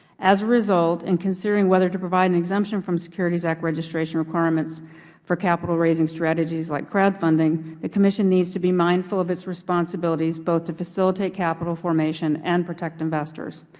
as a result in considering whether to provide an exemption from securities act registration requirements for capital raising strategies like crowdfunding, the commission needs to be mindful of its responsibilities both to facilitate capital formation and protect investors.